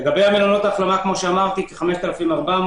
לגבי מלונות ההחלמה אמרתי כ-5,400.